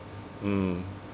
mm